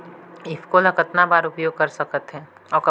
ईफको ल कतना बर उपयोग करथे और कब कब?